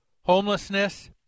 homelessness